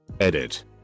Edit